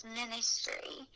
ministry